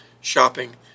shopping